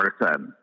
person